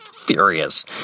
furious